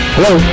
Hello